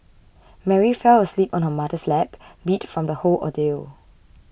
Mary fell asleep on her mother's lap beat from the whole ordeal